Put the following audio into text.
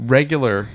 Regular